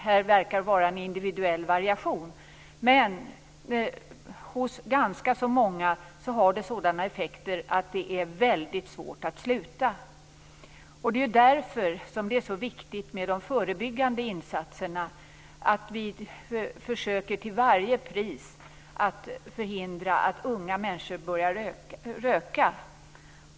Här verkar det finnas en individuell variation. För ganska många har tobaken emellertid effekten att det är väldigt svårt att sluta röka. Därför är det så viktigt med förebyggande insatser. Till varje pris skall vi försöka förhindra att unga människor börjar röka.